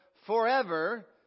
Forever